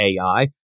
ai